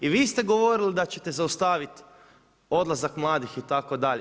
I vi ste govorili da ćete zaustaviti odlazak mladih itd.